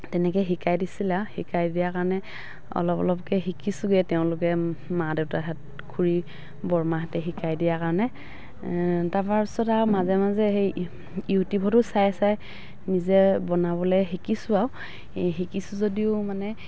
তেনেকে শিকাই দিছিল আৰু শিকাই দিয়াৰ কাৰণে অলপ অলপকে শিকিছোঁগে তেওঁলোকে মা দেউতাহঁত খুৰী বৰমাহঁতে শিকাই দিয়াৰ কাৰণে তাৰপাছত আৰু মাজে মাজে সেই ইউটিউবটো চাই চাই নিজে বনাবলে শিকিছোঁ আও এই শিকিছোঁ যদিও মানে